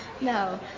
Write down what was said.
no